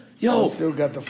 Yo